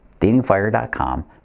datingfire.com